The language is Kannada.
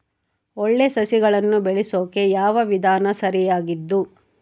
ಒಳ್ಳೆ ಸಸಿಗಳನ್ನು ಬೆಳೆಸೊಕೆ ಯಾವ ವಿಧಾನ ಸರಿಯಾಗಿದ್ದು?